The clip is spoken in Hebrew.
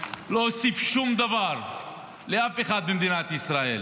הוא לא הוסיף שום דבר לאף אחד במדינת ישראל.